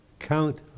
Count